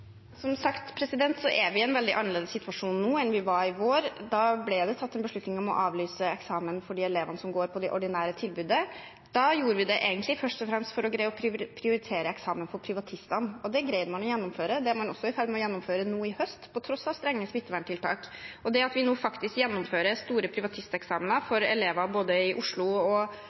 Som sagt er vi i en veldig annerledes situasjon nå enn vi var i vår. Da ble det tatt en beslutning om å avlyse eksamen for de elevene som går på det ordinære tilbudet. Da gjorde vi det egentlig først og fremst for å greie å prioritere eksamen for privatistene, og det greide man å gjennomføre. Det er man også i ferd med å gjennomføre nå i høst på tross av strenge smitteverntiltak. Det at vi nå faktisk gjennomfører store privatisteksamener for elever både i Oslo og